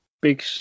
big